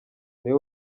niwe